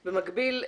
במקביל,